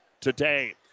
today